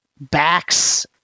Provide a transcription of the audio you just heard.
backs